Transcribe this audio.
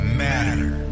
matter